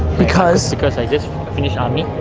because? because i just finished army,